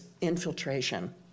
infiltration